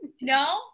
no